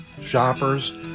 shoppers